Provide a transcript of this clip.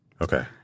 Okay